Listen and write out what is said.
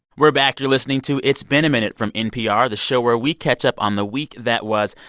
we're back. you're listening to it's been a minute from npr, the show where we catch up on the week that was.